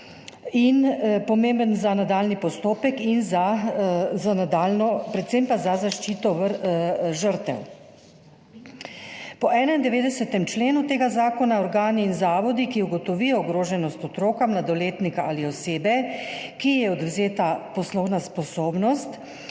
pomemben za nadaljnji postopek pa za zaščito žrtev. Po 91. členu tega Zakona so organi in zavodi, ki ugotovijo ogroženost otroka, mladoletnika ali osebe, ki ji je odvzeta poslovna sposobnost,